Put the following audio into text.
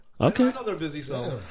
Okay